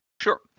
Sure